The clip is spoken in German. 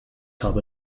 habe